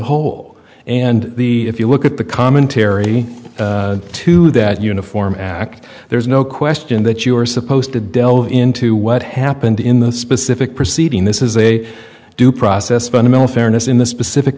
whole and the if you look at the commentary to that uniform act there is no question that you are supposed to delve into what happened in the specific proceeding this is a due process fundamental fairness in the specific